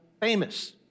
famous